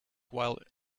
while